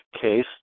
case